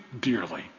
dearly